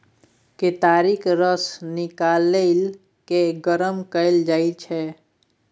केतारीक रस निकालि केँ गरम कएल जाइ छै